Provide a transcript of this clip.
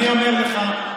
אני אומר לך,